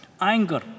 anger